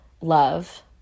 love